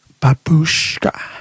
Babushka